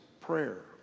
prayer